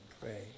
pray